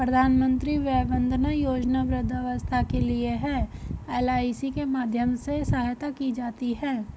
प्रधानमंत्री वय वंदना योजना वृद्धावस्था के लिए है, एल.आई.सी के माध्यम से सहायता की जाती है